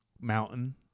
mountain